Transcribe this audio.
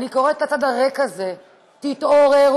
אני קוראת לצד הריק הזה: תתעוררו,